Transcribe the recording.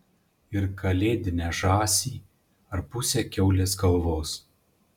ir kalėdinę žąsį ar pusę kiaulės galvos